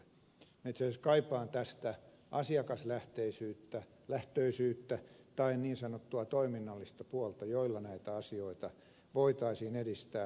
minä itse asiassa kaipaan tässä asiakaslähtöisyyttä tai niin sanottua toiminnallista puolta jolla näitä asioita voitaisiin edistää